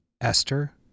Esther